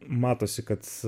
matosi kad